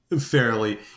fairly